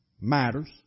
matters